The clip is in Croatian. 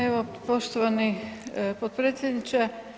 Evo poštovani potpredsjedniče.